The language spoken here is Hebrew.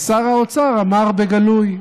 ושר האוצר אמר בגלוי,